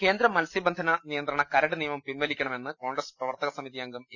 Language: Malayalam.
കേന്ദ്ര മത്സ്യബന്ധന നിയന്ത്രണ കരട് നിയമം പിൻവലിക്ക ണമെന്ന് കോൺഗ്രസ് പ്രവർത്തക സമിതിഅംഗം എ